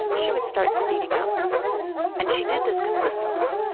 she would start speeding up and she did this consistently.